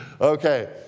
Okay